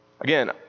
Again